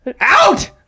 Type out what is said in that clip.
Out